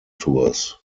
tours